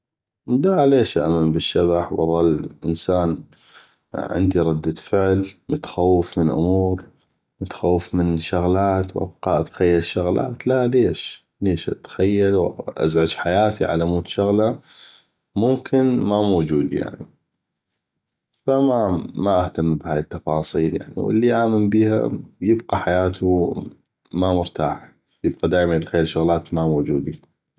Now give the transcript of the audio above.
لا ليش اامن بالشبح واضل انسان عندي ردة فعل متخوف من امور متخوف من شغلات وابقى اتخيل شغلات ليش اتخيل وازعج حياتي علمود شغله ممكن ما موجودي يعني ف ما ما اهتم بهاي التفاصيل يعني واللي يامن بيها يبقى ما مرتاح يبقى يتخيل فدشغلات ما موجودي